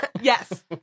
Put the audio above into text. Yes